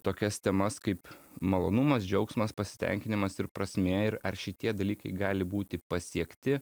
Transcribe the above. tokias temas kaip malonumas džiaugsmas pasitenkinimas ir prasmė ir ar šitie dalykai gali būti pasiekti